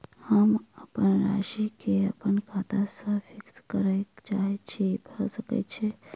हम अप्पन राशि केँ अप्पन खाता सँ फिक्स करऽ चाहै छी भऽ सकै छै?